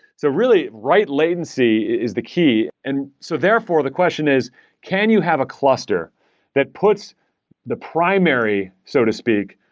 so really, write latency is the key. and so therefore, the question is can you have a cluster that puts the primary, so to speak,